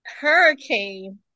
hurricane